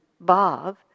bob